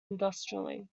industrially